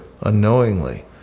unknowingly